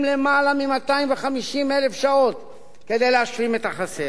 למעלה מ-250,000 שעות כדי להשלים את החסר.